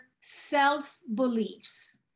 self-beliefs